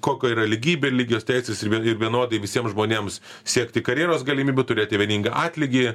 kokio yra lygybė ir lygios teisės ir vienodai visiems žmonėms siekti karjeros galimybių turėti vieningą atlygį